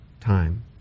time